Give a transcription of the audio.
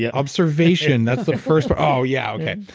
yeah observation. that's the first. but oh, yeah okay.